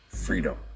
freedom